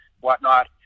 whatnot